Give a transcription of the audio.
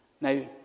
Now